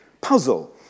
puzzle